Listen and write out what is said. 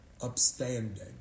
upstanding